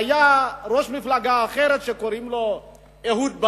היה ראש מפלגה אחרת, שקוראים לו אהוד ברק,